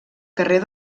carrer